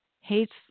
hates